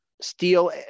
Steel